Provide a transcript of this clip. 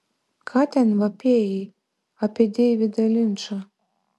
ką ten vapėjai apie deividą linčą